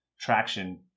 traction